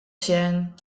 sjen